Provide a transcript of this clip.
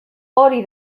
hori